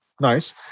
Nice